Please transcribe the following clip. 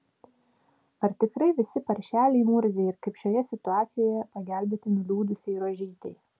ar tikrai visi paršeliai murziai ir kaip šioje situacijoje pagelbėti nuliūdusiai rožytei